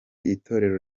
itorero